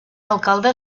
alcalde